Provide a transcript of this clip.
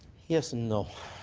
yes and no.